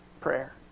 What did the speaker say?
prayer